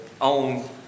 own